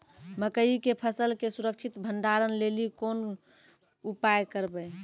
मकई के फसल के सुरक्षित भंडारण लेली कोंन उपाय करबै?